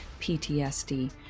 PTSD